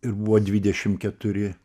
ir buvo dvidešim keturi